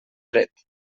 dret